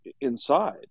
inside